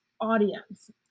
audience